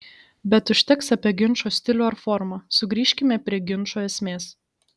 bet užteks apie ginčo stilių ar formą sugrįžkime prie ginčo esmės